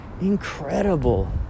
Incredible